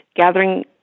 gathering